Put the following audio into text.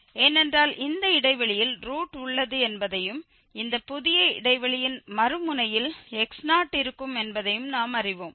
ஏனென்றால் இந்த இடைவெளியில் ரூட் உள்ளது என்பதையும் இந்த புதிய இடைவெளியின் மறுமுனையில் x0 இருக்கும் என்பதையும் நாம் அறிவோம்